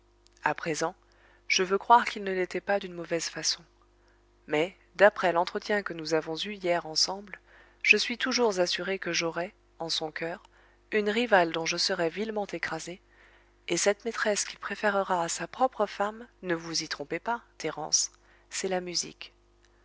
à présent je veux croire qu'il ne l'était pas d'une mauvaise façon mais d'après l'entretien que nous avons eu hier ensemble je suis toujours assurée que j'aurais en son coeur une rivale dont je serais vilement écrasée et cette maîtresse qu'il préférera à sa propre femme ne vous y trompez pas thérence c'est la musique